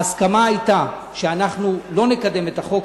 ההסכמה היתה שאנחנו לא נקדם את החוק הזה.